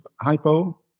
hypo